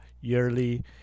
yearly